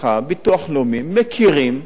מכירים: הם אזרחי המדינה.